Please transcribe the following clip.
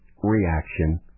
reaction